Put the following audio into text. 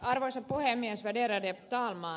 arvoisa puhemies värderade talman